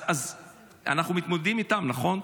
אז אנחנו מתמודדים איתם, נכון?